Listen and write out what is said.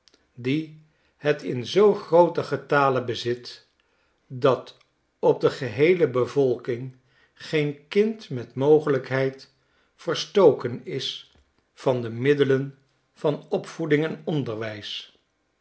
die het in zoogrootengetale bezit dat op de geheele bevolking geen kind met mogelijkheid verstoken is van de middelen van opvoeding en onderwijs